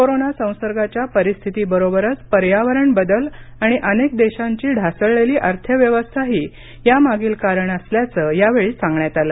कोरोनासंसर्गाच्या परिस्थिती बरोबरच पर्यावरण बदल आणि अनेक देशांची ढासळलेली अर्थव्यवस्थाही यामागील कारणं असल्याचं यावेळी सांगण्यात आलं